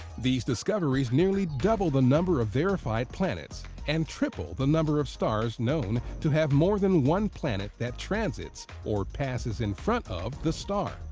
these discoveries nearly double the number of verified planets and triple the number of stars known to have more than one planet that transits, or passes in front of, the star.